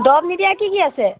দৰৱ নিদিয়া কি কি আছে